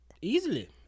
Easily